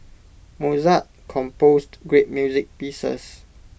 Mozart composed great music pieces